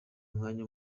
umwanya